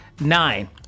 nine